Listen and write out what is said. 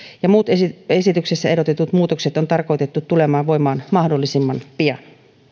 ja muut esityksessä ehdotetut muutokset on tarkoitettu tulemaan voimaan mahdollisimman pian